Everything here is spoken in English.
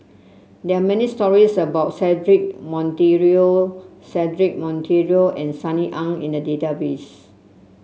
there are many stories about Cedric Monteiro Cedric Monteiro and Sunny Ang in the database